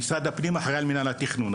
משרד הפנים אחראי על מינהל התכנון,